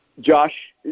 Josh –